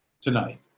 tonight